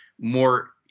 more